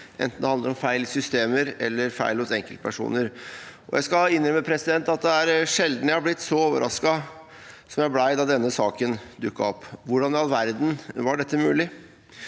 enten det handler om feil i systemer eller feil hos enkeltpersoner. Jeg skal innrømme at det er sjelden jeg har blitt så overrasket som jeg ble da denne saken dukket opp. Hvordan i all verden var dette mulig?